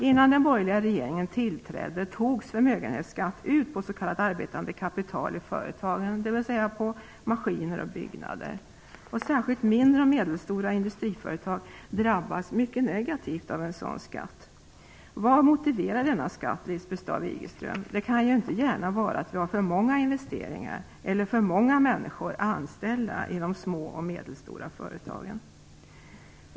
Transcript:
Innan den borgerliga regeringen tillträdde togs förmögenhetsskatt ut på s.k. arbetande kapital i företagen, dvs. på maskiner och byggnader. Särskilt mindre och medelstora företag drabbas mycket negativt av en sådan skatt. Vad motiverar denna skatt, Lisbeth Staaf Igelström? Det kan ju inte gärna vara att vi har för många investeringar eller för många människor anställda i de små och medelstora företagen.